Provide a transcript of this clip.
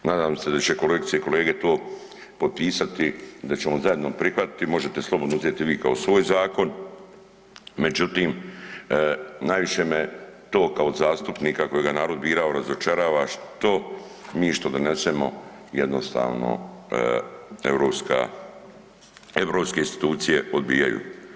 Nadam se da će kolegice i kolege to potpisati i da ćemo zajedno prihvatiti, možete slobodno uzeti vi kao svoj zakon, međutim najviše me to kao zastupnika kojega je narod bio razočarava što mi što donesemo jednostavno europske institucije odbijaju.